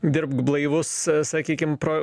dirbk blaivus sakykim pro